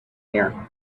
here